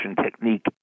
technique